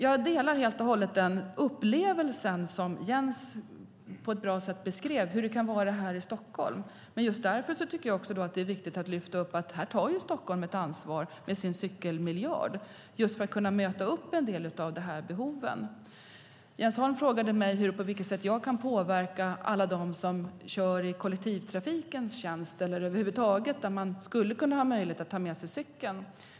Jag delar helt och hållet den upplevelse som Jens Holm beskrev på ett bra sätt om hur det kan vara här i Stockholm. Men just därför tycker jag att det är viktigt att Stockholm här tar ett ansvar med sin cykelmiljard just för att kunna tillgodose en del av dessa behov. Jens Holm frågade mig hur jag kan påverka alla som kör i kollektivtrafikens tjänst när det gäller möjligheterna att ta med sig cykeln.